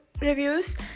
reviews